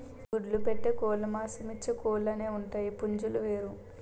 గుడ్లు పెట్టే కోలుమాంసమిచ్చే కోలు అనేవుంటాయి పుంజులు వేరు